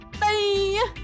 Bye